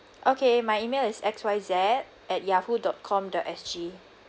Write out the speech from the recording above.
okay my email is X Y Z at Yahoo dot com dot S_G